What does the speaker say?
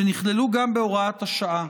שנכללו גם בהוראת השעה,